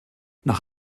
nach